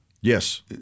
Yes